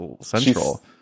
central